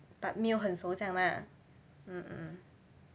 but 没有很熟这样啦 mm mm mm